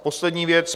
Poslední věc.